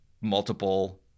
multiple